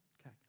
Okay